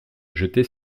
jetait